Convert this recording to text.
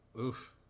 Oof